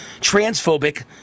transphobic